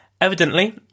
Evidently